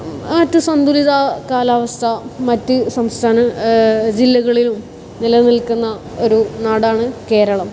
മറ്റു സന്തുലിത കാലാവസ്ഥ മറ്റ് സംസ്ഥാന ജില്ലകളിലും നിലനിൽക്കുന്ന ഒരു നാടാണ് കേരളം